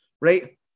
right